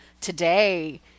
today